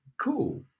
cool